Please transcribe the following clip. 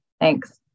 Thanks